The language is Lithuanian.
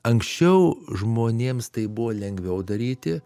anksčiau žmonėms tai buvo lengviau daryti